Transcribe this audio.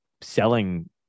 selling